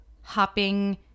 hopping